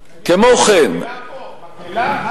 מה, זה מקהלה?